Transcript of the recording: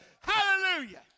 Hallelujah